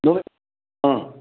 ꯑꯥ